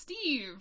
Steve